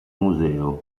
museo